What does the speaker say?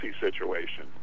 situation